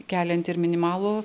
keliant ir minimalų